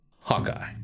Hawkeye